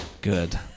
Good